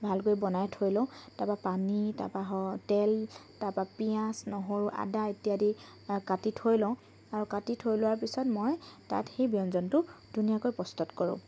ভালকৈ বনাই থৈ লওঁ তাৰ পৰা পানী তাৰ পৰা তেল তাৰ পৰা পিয়াঁজ নহৰু আদা ইত্যাদি কাটি থৈ লওঁ আৰু কাটি থৈ লোৱাৰ পিছত মই তাত সেই ব্যঞ্জনটো ধুনীয়াকৈ প্ৰস্তুত কৰো